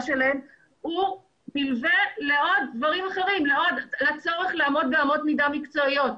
שלהם נלווה לדברים אחרים: לצורך לעמוד באמות מידה מקצועיות,